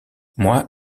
moi